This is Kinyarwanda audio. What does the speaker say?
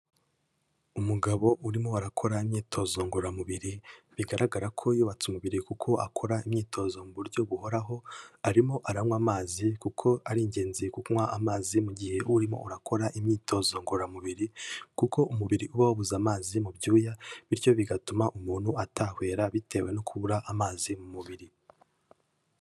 Umugabo urimo arakora imyitozo ngororamubiri, bigaragara ko yubatse umubiri kuko akora imyitozo mu buryo buhoraho; arimo aranywa amazi kuko ari ingenzi kunywa amazi mu gihe urimo urakora imyitozo ngororamubiri, kuko umubiri uba wabuze amazi mu byuya, bityo bigatuma umuntu atahwera bitewe no kubura amazi mu mubiri.